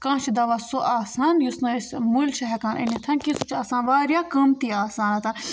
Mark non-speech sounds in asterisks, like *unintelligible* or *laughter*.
کانٛہہ چھُ دَوا سُہ آسان یُس نہٕ أسۍ مٔلۍ چھِ ہٮ۪کان أنِتھ کہِ سُہ چھُ آسان واریاہ قۭمتی آسان *unintelligible*